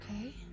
okay